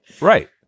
Right